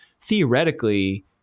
theoretically